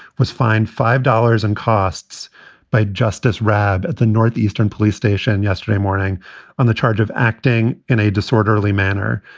was fined five dollars and costs by justice rabb at the north-eastern police station yesterday morning on the charge of acting in a disorderly manner.